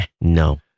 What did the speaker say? no